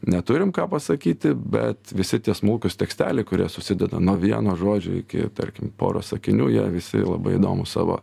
neturim ką pasakyti bet visi tie smulkūs teksteliai kurie susideda nuo vieno žodžio iki tarkim poros sakinių jie visi labai įdomūs savo